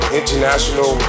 international